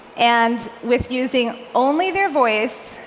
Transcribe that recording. and with using only their voice,